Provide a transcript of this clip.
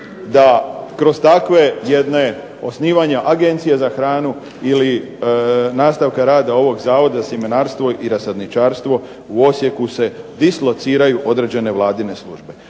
da kroz takve jedne osnivanje Agencije za hranu ili nastavka rada ovog Zavoda sjemenarstvo i rasadničarstvo u Osijeku se dislociraju određene vladine službe.